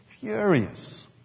furious